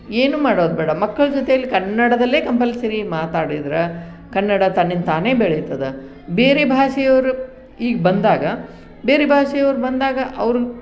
ಏನು ಮಾಡೋದು ಬೇಡ ಮಕ್ಕಳ ಜೊತೆಯಲ್ಲಿ ಕನ್ನಡದಲ್ಲೇ ಕಂಪಲ್ಸರಿ ಮಾತಾಡಿದ್ರೆ ಕನ್ನಡ ತನ್ನಿಂದ ತಾನೇ ಬೆಳಿತದೆ ಬೇರೆ ಭಾಷೆಯವರು ಈಗ ಬಂದಾಗ ಬೇರೆ ಭಾಷೆಯವರು ಬಂದಾಗ ಅವ್ರ